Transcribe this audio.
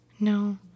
No